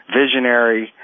visionary